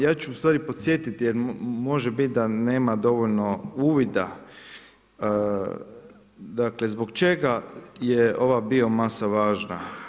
Ja ću ustvari podsjetiti, jer može biti da nema dovoljno uvida, dakle, zbog čega je ova bio masa važna?